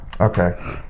Okay